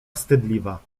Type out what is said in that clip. wstydliwa